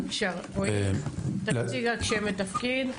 בבקשה, רועי, תציג רק שם ותפקיד.